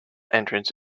entrance